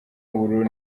ubururu